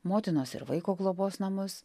motinos ir vaiko globos namus